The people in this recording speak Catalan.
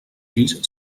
fills